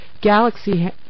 Galaxy